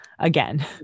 again